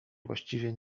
właściwie